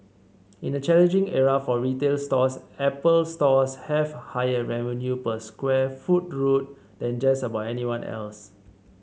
in a challenging era for retail stores Apple Stores have higher revenue per square foot rule than just about anyone else